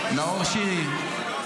נאור שירי,